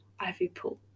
Ivypool